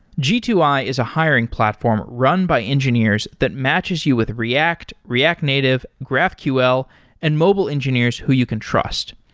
g two i is a hiring platform run by engineers that matches you with react, react native, graphql and mobile engineers who you can trust.